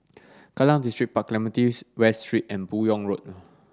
Kallang Distripark Clementi West Street and Buyong Road